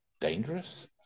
dangerous